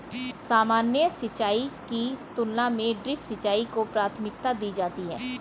सामान्य सिंचाई की तुलना में ड्रिप सिंचाई को प्राथमिकता दी जाती है